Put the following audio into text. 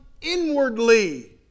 inwardly